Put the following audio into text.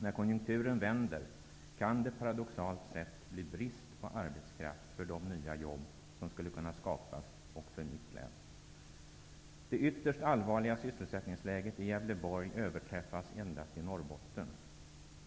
När konjunkturen vänder kan det paradoxalt nog bli brist på arbetskraft till de nya jobb som skulle kunna skapas också i mitt län. Det ytterst allvarliga sysselsättningsläget i Gävleborg överträffas endast i Norrbotten.